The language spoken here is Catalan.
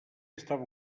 estava